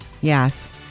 Yes